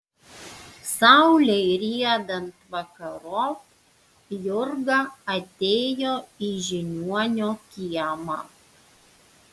saulei riedant vakarop jurga atėjo į žiniuonio kiemą